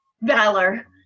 valor